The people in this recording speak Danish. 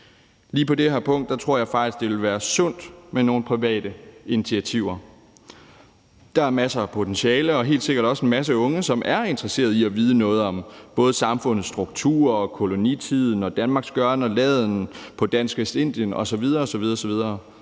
Lige på det her punkt tror jeg faktisk, at det ville være sundt med nogle private initiativer. Der er masser af potentiale og helt sikkert også en masse unge, som er interesseret i at vide noget om både samfundets strukturer, kolonitiden og Danmarks gøren og laden i Dansk Vestindien osv. osv.,